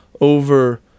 over